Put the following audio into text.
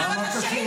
מה קשור?